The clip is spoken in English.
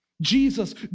Jesus